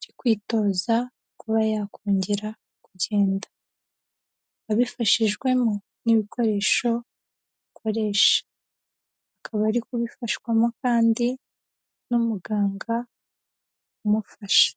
cyo kwitoza kuba yakongera kugenda, abifashijwemo n'ibikoresho akoresha akaba ari kubifashwamo kandi n'umuganga umufasha.